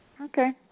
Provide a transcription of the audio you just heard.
Okay